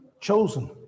chosen